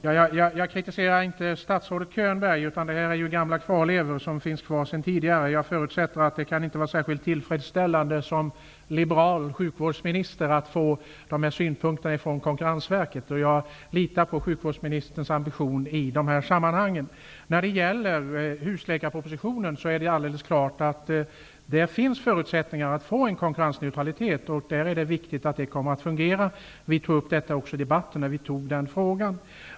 Herr talman! Jag kritiserar inte statsrådet Könberg, utan här är det ju gamla kvarlevor sedan tidigare. Jag förutsätter att det inte kan vara särskilt tillfredsställande för en liberal sjukvårdsminister att få de synpunkter som anförs från Konkurrensverket, och jag litar på sjukvårdsministerns ambition i de här sammanhangen. När det gäller husläkarpropositionen är det alldeles klart att där finns förutsättningar att få en konkurrensneutralitet, och det är viktigt att den kommer att fungera. Vi tog också upp detta i debatten när riksdagen fattade beslut i den frågan.